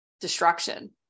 destruction